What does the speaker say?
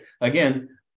again